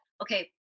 okay